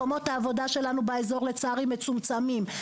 טוב, צהרים טובים.